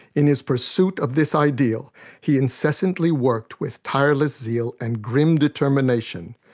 in his pursuit of this ideal he incessantly worked with tireless zeal and grim determination,